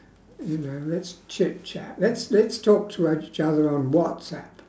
you know let's chitchat let's let's talk to each other on whatsapp